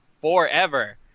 forever